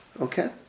Okay